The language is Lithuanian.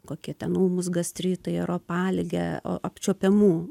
kokie ten ūmūs gastritai ar opaligė o apčiuopiamų